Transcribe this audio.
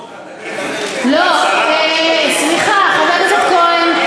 תגידי, סליחה, חבר הכנסת כהן,